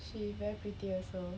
she very pretty also